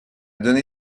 donné